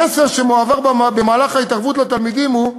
המסר שמועבר במהלך ההתערבות לתלמידים הוא: